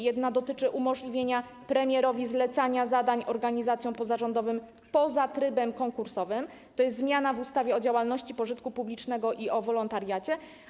Jedna dotyczy umożliwienia premierowi zlecania zadań organizacjom pozarządowym poza trybem konkursowym - to jest zmiana w ustawie o działalności pożytku publicznego i o wolontariacie.